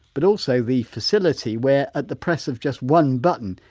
but also the facility where, at the press of just one button,